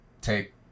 take